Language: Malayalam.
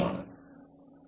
എന്താണ് നല്ലത്